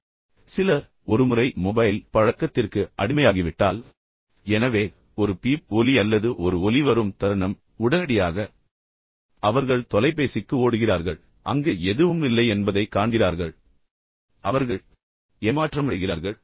மேலும் சிலர் ஒருமுறை மொபைல் பழக்கத்திற்கு அடிமையாகிவிட்டால் எனவே ஒரு பீப் ஒலி அல்லது ஒரு ஒலி வரும் தருணம் உடனடியாக அவர்கள் தொலைபேசிக்கு ஓடுகிறார்கள் பின்னர் அவர்கள் அதை எடுத்துக்கொள்கிறார்கள் அங்கு எதுவும் இல்லை என்பதை அவர்கள் காண்கிறார்கள் அவர்கள் மிகவும் ஏமாற்றமடைகிறார்கள்